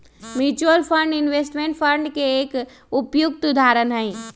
mutual fund investment fund के एक उपयुक्त उदाहरण हई